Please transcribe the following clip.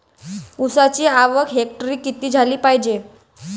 ऊसाची आवक हेक्टरी किती झाली पायजे?